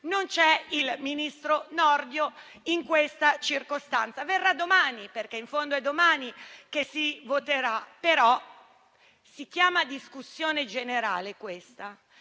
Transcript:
non c'è il ministro Nordio in questa circostanza. Verrà domani, perché in fondo è domani che si voterà. Questa però si chiama discussione generale perché